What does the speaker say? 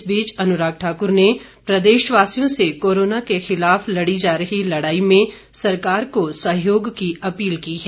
इस बीच अनुराग ठाकुर ने प्रदेश वासियों से अपील की है कि वे कोरोना के खिलाफ लड़ी जा रही लड़ाई में सरकार को सहयोग की अपील की है